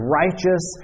righteous